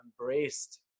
embraced